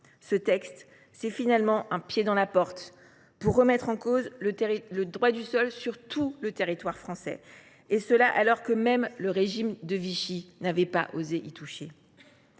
de mettre un pied dans la porte pour remettre en cause le droit du sol sur tout le territoire français, ce à quoi même le régime de Vichy n’avait pas osé toucher